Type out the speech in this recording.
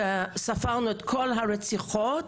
כשספרנו את כל הרציחות,